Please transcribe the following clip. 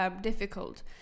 difficult